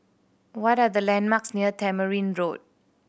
what are the landmarks near Tamarind Road